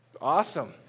Awesome